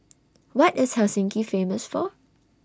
What IS Helsinki Famous For